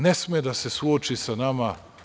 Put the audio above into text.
Ne sme da se suoči sa nama.